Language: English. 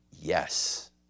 Yes